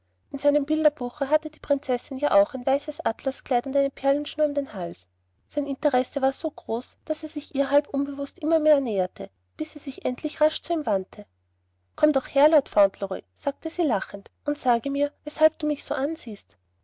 in seinem bilderbuche hatte die prinzessin ja auch ein weißes atlaskleid und eine perlenschnur um den hals sein interesse war so groß daß er sich ihr halb unbewußt immer mehr näherte bis sie sich endlich rasch zu ihm wandte komm doch her lord fauntleroy sagte sie lächelnd und sage mir weshalb du mich so ansiehst